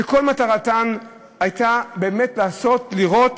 שכל מטרתן הייתה באמת לעשות ולראות